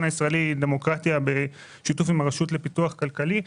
הישראלי לדמוקרטיה בשיתוף עם הרשות לפיתוח כלכלי.